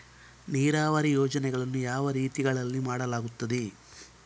ನೀರಾವರಿ ಯೋಜನೆಗಳನ್ನು ಯಾವ ರೀತಿಗಳಲ್ಲಿ ಮಾಡಲಾಗುತ್ತದೆ?